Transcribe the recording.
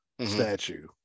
statue